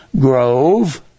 Grove